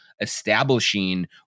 establishing